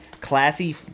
classy